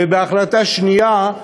ובהחלטה שנייה,